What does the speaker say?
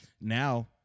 now